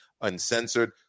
Uncensored